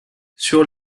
sur